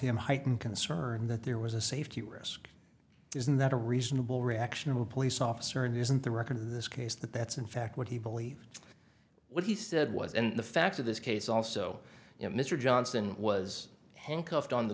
him heightened concern that there was a safety risk isn't that a reasonable reaction of a police officer and isn't the record in this case that that's in fact what he believed what he said was and the facts of this case also you know mr johnson was handcuffed on the